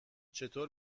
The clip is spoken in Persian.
چطور